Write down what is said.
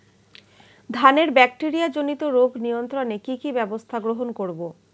ধানের ব্যাকটেরিয়া জনিত রোগ নিয়ন্ত্রণে কি কি ব্যবস্থা গ্রহণ করব?